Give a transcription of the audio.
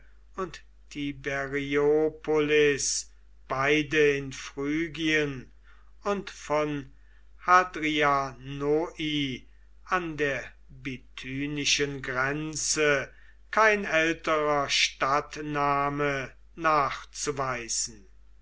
und tiberiopolis beide in phrygien und von hadrianoi an der bithynischen grenze kein älterer stadtname nachzuweisen